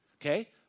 Okay